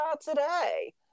today